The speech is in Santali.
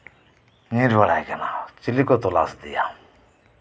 ᱧᱤᱨ ᱵᱟᱲᱟᱭ ᱠᱟᱱᱟ ᱪᱤᱞᱤ ᱠᱚ ᱛᱚᱞᱟᱥᱮᱫᱮ ᱠᱟᱱᱟ